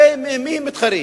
הרי עם מי הם מתחרים?